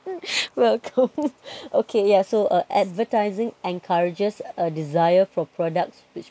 um welcome okay yeah so uh advertising encourages a desire for products which